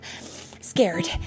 scared